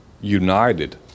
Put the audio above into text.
United